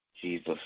Jesus